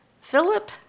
Philip